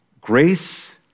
grace